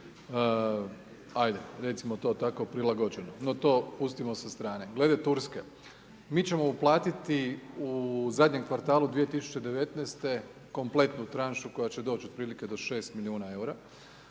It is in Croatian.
ajde recimo to tako prilagođeno, no to pustimo sa strane. Glede Turske, mi ćemo uplatiti u zadnjem kvartalu 2019., kompletnu tranšu koja će doći otprilike do 6 milijuna EUR-a,